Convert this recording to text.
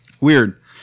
Weird